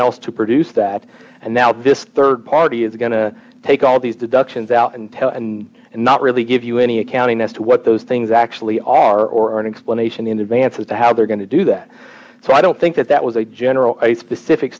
else to produce that and now this rd party is going to take all these deductions out and tell and not really give you any accounting as to what those things actually are or an explanation in advance as to how they're going to do that so i don't think that that was a general a specific